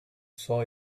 saw